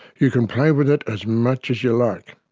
you can play with it as much as you like.